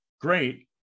Great